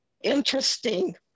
interesting